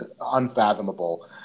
unfathomable